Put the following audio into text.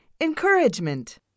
Encouragement